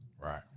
Right